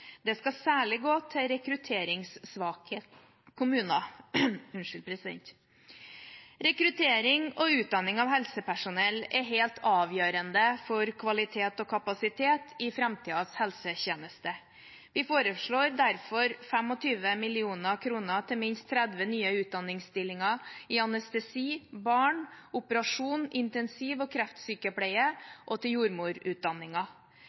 Det skal særlig gå til rekrutteringssvake kommuner. Rekruttering og utdanning av helsepersonell er helt avgjørende for kvalitet og kapasitet i framtidens helsetjeneste. Vi foreslår derfor 25 mill. kr til minst 30 nye utdanningsstillinger innen anestesi-, barne-, operasjons-, intensiv og